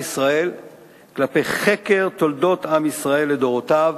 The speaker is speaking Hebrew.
ישראל כלפי חקר תולדות עם ישראל לדורותיו